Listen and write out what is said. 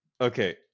okay